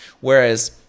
Whereas